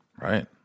Right